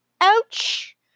Ouch